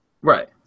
right